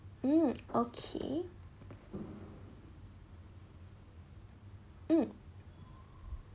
mm okay mm